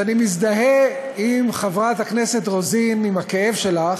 אז אני מזדהה, חברת הכנסת רוזין, עם הכאב שלך,